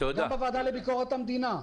וגם בוועדה לענייני ביקורת המדינה,